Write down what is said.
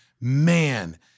man